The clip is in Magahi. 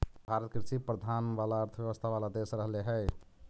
भारत कृषिप्रधान अर्थव्यवस्था वाला देश रहले हइ